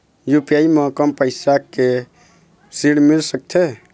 UPI म कम पैसा के ऋण मिल सकथे?